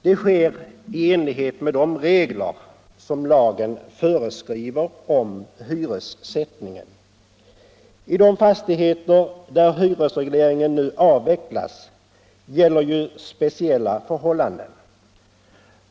Det sker i enlighet med de regler för hyressättningen som lagen föreskriver. I de fastigheter där hyresregleringen nu avvecklas gäller speciella förhållanden.